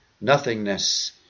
nothingness